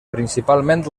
principalment